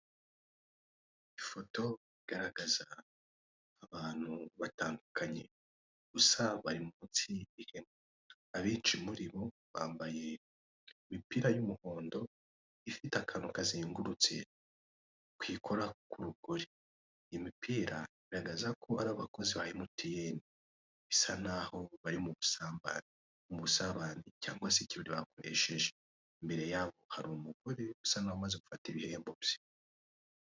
Ifoto igaragaza abantu batandukanye, gusa bari munsi y'ibihe abenshi muri bo bambaye imipira y'umuhondo ifite akantu kazengurutse ku ikora ku rugori imipira igaragaza ko ari abakozi ba emutiyeni bisa naho bari mu busabane cyangwa se ikirori bakoresheje mbere yabo hari umugore usa n'umaze gufata ibihembo bye.